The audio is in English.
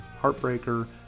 Heartbreaker